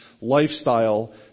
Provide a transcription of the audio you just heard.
lifestyle